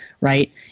right